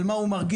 על מה הוא מרגיש.